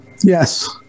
Yes